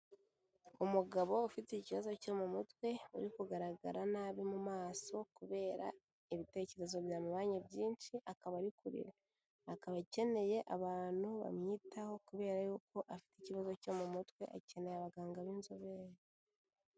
Umugabo ufite ikibazo cyo mu mutwe, uri kugaragara nabi mu maso kubera ibitekerezo byamubanye byinshi akaba ari kurira. Akaba akeneye abantu bamwitaho kubera yuko afite ikibazo cyo mu mutwe akeneye abaganga b'inzobere.